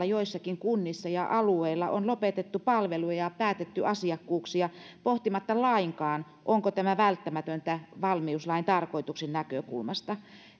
joissakin kunnissa ja alueilla on lopetettu palveluja ja päätetty asiakkuuksia pohtimatta lainkaan onko tämä välttämätöntä valmiuslain tarkoituksen näkökulmasta